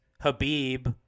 Habib